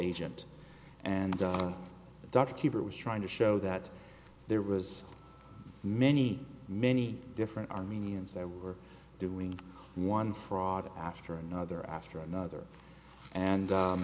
agent and the doctor keeper was trying to show that there was many many different armenians there were doing one fraud after another after another and